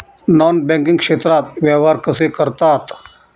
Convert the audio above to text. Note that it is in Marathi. नॉन बँकिंग क्षेत्रात व्यवहार कसे करतात?